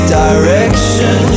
direction